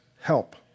help